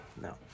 No